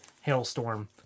hailstorm